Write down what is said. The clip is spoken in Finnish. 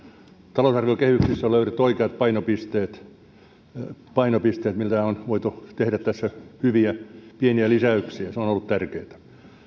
talousarviokehyksissä on löydetty oikeat painopisteet missä on voitu tehdä hyviä pieniä lisäyksiä se on ollut tärkeätä